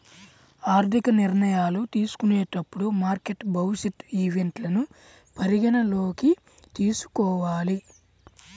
ఆర్థిక నిర్ణయాలు తీసుకునేటప్పుడు మార్కెట్ భవిష్యత్ ఈవెంట్లను పరిగణనలోకి తీసుకోవాలి